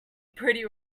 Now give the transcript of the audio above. pretty